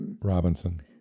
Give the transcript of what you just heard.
Robinson